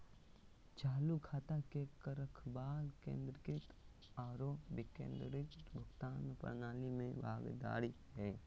चालू खाता के रखरखाव केंद्रीकृत आरो विकेंद्रीकृत भुगतान प्रणाली में भागीदार हइ